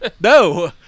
No